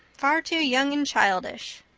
far too young and childish.